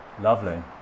Lovely